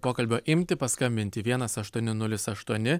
pokalbio imti paskambinti vienas aštuoni nulis aštuoni